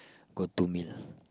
go to meal